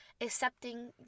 accepting